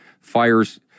fires